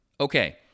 Okay